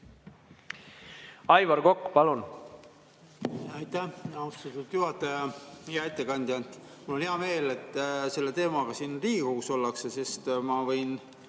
Aivar Kokk, palun!